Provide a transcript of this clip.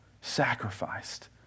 Sacrificed